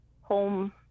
home